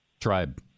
tribe